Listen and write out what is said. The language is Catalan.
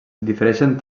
difereixen